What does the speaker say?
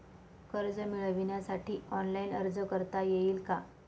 कर्ज मिळविण्यासाठी ऑनलाइन अर्ज करता येईल का?